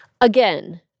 Again